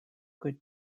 good